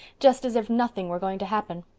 just as if nothing were going to happen.